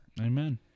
Amen